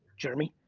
jeremy.